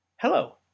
Hello